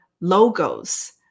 logos